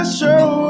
show